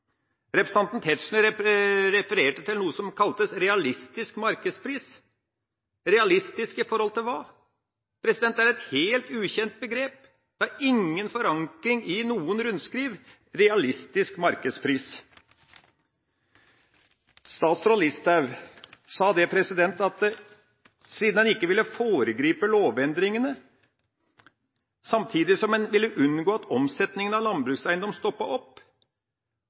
Representanten Tetzschner refererte til noe som kaltes realistisk markedspris – realistisk i forhold til hva? Det er et helt ukjent begrep. Realistisk markedspris har ingen forankring i noe rundskriv. Statsråd Listhaug sa at siden man ikke ville foregripe lovendringene, samtidig som man ville unngå at omsetninga av landbrukseiendommer stoppet opp,